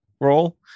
role